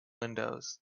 windows